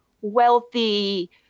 wealthy